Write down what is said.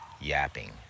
yapping